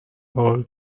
all